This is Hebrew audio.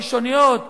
הראשוניות של,